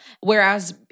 Whereas